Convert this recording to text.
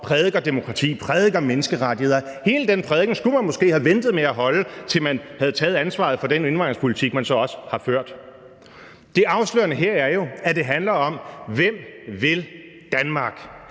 prædiker demokrati, prædiker menneskerettigheder. Hele den prædiken skulle man måske have ventet med at holde, til man havde taget ansvaret for den indvandringspolitik, som man så også har ført. Det afgørende her er jo, at det handler om: Hvem vil Danmark?